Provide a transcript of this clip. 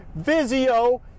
Vizio